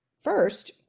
first